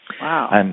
Wow